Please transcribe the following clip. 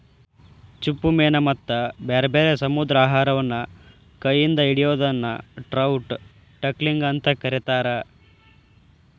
ಚಿಪ್ಪುಮೇನ ಮತ್ತ ಬ್ಯಾರ್ಬ್ಯಾರೇ ಸಮುದ್ರಾಹಾರವನ್ನ ಕೈ ಇಂದ ಹಿಡಿಯೋದನ್ನ ಟ್ರೌಟ್ ಟಕ್ಲಿಂಗ್ ಅಂತ ಕರೇತಾರ